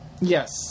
yes